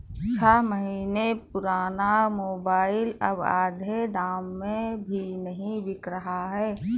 छह महीने पुराना मोबाइल अब आधे दाम में भी नही बिक रहा है